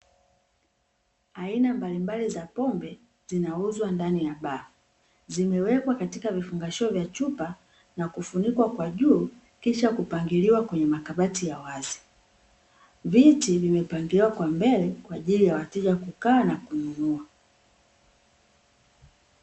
Aina mbalimbali za pombe zinauzwa ndani ya baa, zimewekwa katika vifungashio vya chupa na kufunikwa kwa juu kisha kupangiliwa kwenye makabati ya wazi. Viti vimepangiliwa kwa mbele kwa ajili ya wateja kukaa na kununua.